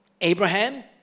Abraham